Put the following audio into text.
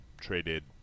traded